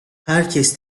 herkes